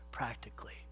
Practically